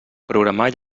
programar